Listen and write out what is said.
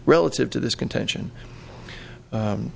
relative to this contention